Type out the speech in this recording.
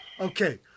Okay